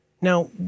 Now